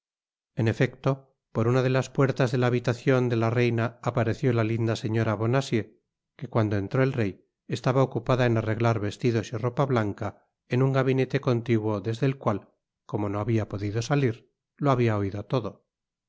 en efecto por una de las puertas de la habitacion de la reina apareció la linda señora bonacieux que cuando entró el rey estaba ocupada en arreglar vestidos y ropa blanca en un gabinete contiguo desde el cual como no habia podido salir lo habia oido todo